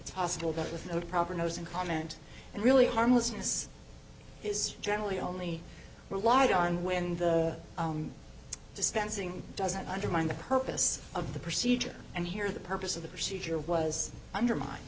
it's possible that without proper notice and comment and really harmlessness is generally only relied on when the dispensing doesn't undermine the purpose of the procedure and here the purpose of the procedure was undermine